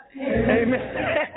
Amen